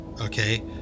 Okay